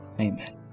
Amen